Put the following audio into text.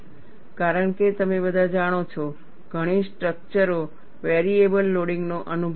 કારણ કે તમે બધા જાણો છો ઘણી સ્ટ્રક્ચર ઓ વેરીએબલ લોડિંગનો અનુભવ કરે છે